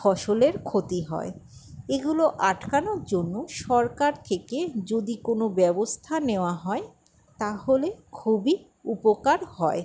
ফসলের ক্ষতি হয় এগুলো আটকানোর জন্য সরকার থেকে যদি কোনো ব্যবস্থা নেওয়া হয় তাহলে খুবই উপকার হয়